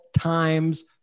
times